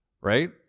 right